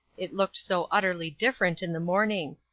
it looked so utterly different in the morning.